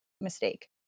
mistake